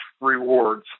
rewards